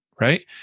Right